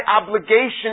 obligation